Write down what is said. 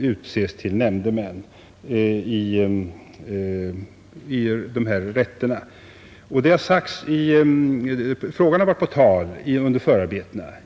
utses till nämndemän i Nr 47 skatterätterna. Frågan har varit på tal under förarbetena.